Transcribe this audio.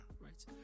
Right